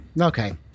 Okay